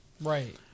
Right